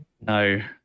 No